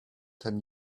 ten